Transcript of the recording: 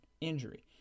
injury